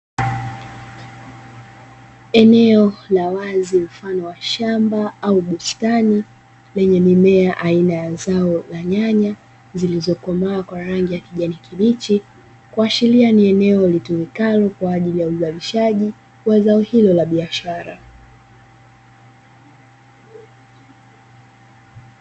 Eneo la wazi mfano wa shamba au bustani lenye mimea aina ya zao la nyanya zilizokomaa kwa rangi ya kijani kibichi, kuashiria ni eneo litumikalo kwa ajili ya uzalishaji wa zao hilo la biashara.